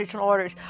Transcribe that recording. orders